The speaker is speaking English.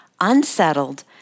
unsettled